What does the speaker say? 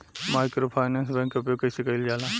Microfinance bank के उपयोग कइसे कइल जाला?